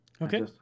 Okay